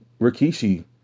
Rikishi